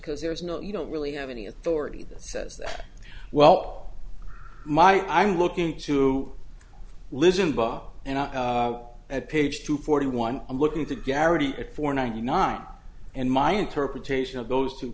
because there is no you don't really have any authority that says well my i'm looking to listen bob and i at page two forty one i'm looking to guarantee it for ninety nine and my interpretation of those two